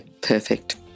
Perfect